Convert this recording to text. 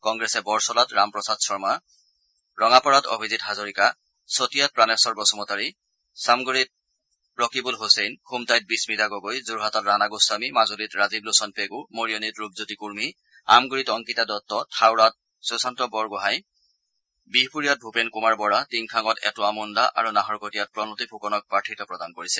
কংগ্ৰেছে বৰছলাত ৰামপ্ৰসাদ শৰ্মা ৰঙাপাৰাত অভিজিৎ হাজৰিকা চতিয়াত প্ৰাণেশ্বৰ বসুমতাৰী চামগুৰিত ৰকিবুল ছছেইন খুমটাইত বিস্মিতা গগৈ যোৰহাটত ৰাণা গোস্বামী মাজুলীত ৰাজীৱ লোচন পেণু মৰিয়নীত ৰূপজ্যোতি কুৰ্মী আমগুৰিত অংকিতা দত্ত থাওৰাত সুশান্ত বৰগোঁহাই বিহপুৰীয়াত ভূপেন কুমাৰ বৰা টিংখাঙত এটোৱা মুণ্ডা আৰু নাহৰকটীয়াত প্ৰণতি ফুকনক প্ৰাৰ্থীত্ব প্ৰদান কৰিছে